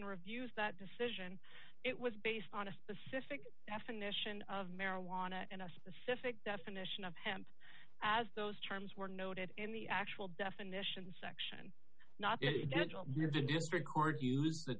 and reviews that decision it was based on a specific definition of marijuana and a specific definition of hemp as those terms were noted in the actual definition section not the record the